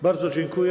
Bardzo dziękuję.